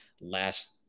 last